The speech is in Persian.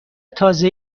تازه